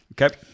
Okay